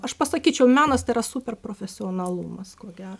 aš pasakyčiau menas tėra super profesionalumas ko gero